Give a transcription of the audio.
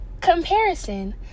comparison